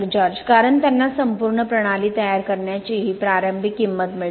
George कारण त्यांना संपूर्ण प्रणाली तयार करण्याची ही प्रारंभिक किंमत मिळते